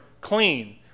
clean